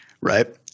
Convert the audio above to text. right